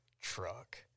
truck